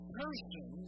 person